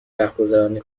وقتگذرانی